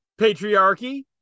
patriarchy